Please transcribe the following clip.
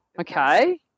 Okay